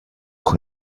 auch